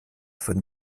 von